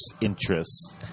interests